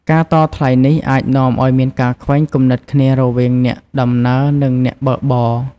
ការតថ្លៃនេះអាចនាំឱ្យមានការខ្វែងគំនិតគ្នារវាងអ្នកដំណើរនិងអ្នកបើកបរ។